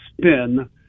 spin